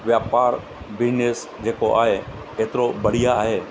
वापारु बिजनिस जेको आहे एतिरो बढ़िया आहे